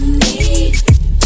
need